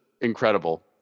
incredible